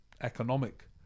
economic